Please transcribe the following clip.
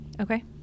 Okay